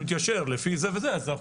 להתיישר אז אנחנו צריכים להתיישר.